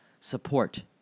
support